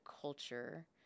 culture